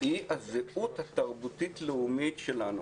היא הזהות התרבותית-לאומית שלנו